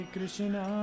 Krishna